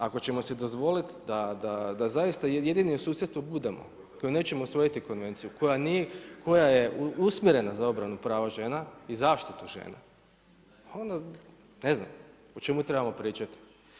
Ako ćemo si dozvoliti da zaista jedini u susjedstvu budemo koji nećemo usvojiti konvenciju koja je usmjerena za obranu prava žena i zaštitu žena, pa onda ne znam o čemu trebamo pričati.